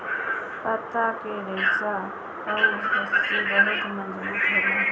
पत्ता के रेशा कअ रस्सी बहुते मजबूत होला